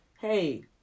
Hey